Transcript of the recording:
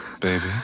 baby